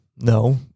No